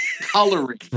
coloring